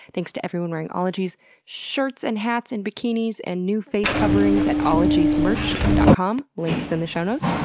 thanks to everyone wearing ologies shirts, and hats, and bikinis, and new face coverings at ologiesmerch dot com. link is in the show notes.